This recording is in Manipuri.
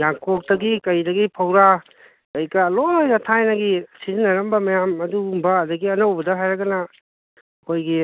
ꯌꯥꯡꯀꯣꯛꯇꯒꯤ ꯀꯩꯗꯒꯤ ꯐꯧꯔꯥ ꯀꯩꯀꯥ ꯂꯣꯏꯅ ꯊꯥꯏꯅꯒꯤ ꯁꯤꯖꯤꯟꯅꯔꯝꯕ ꯃꯌꯥꯝ ꯑꯗꯨꯒꯨꯝꯕ ꯑꯗꯒꯤ ꯑꯅꯧꯕꯗ ꯍꯥꯏꯔꯒꯅ ꯑꯩꯈꯣꯏꯒꯤ